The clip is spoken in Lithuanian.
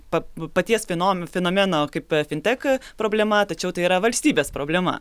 pa paties fenom fenomeno kaip fitek problema tačiau tai yra valstybės problema